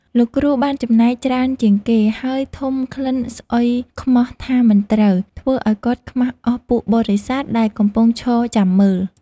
លោកគ្រូបានចំណែកច្រើនជាងគេ ហើយធុំក្លិនស្អុយខ្មោះថាមិនត្រូវ ធ្វើឲ្យគាត់ខ្មាសអស់ពួកបរិស័ទដែលកំពុងឈរចាំមើល។